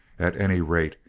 at any rate,